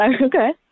Okay